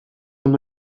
ondo